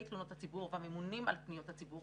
תלונות הציבור והממונים על פניות הציבור,